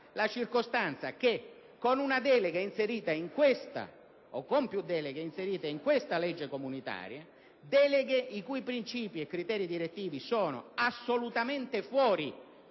la circostanza che, con una o più deleghe inserite in questa legge comunitaria - deleghe i cui principi e criteri direttivi sono assolutamente fuori